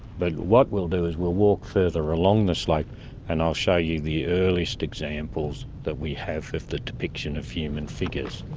but what we'll do is we'll walk further along the slope and i'll show you the earliest examples that we have of the depiction of human figures.